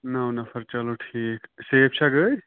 نَو نَفَر چلو ٹھیٖک سیف چھا گٲڑۍ